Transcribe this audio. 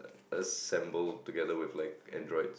assemble together with like Android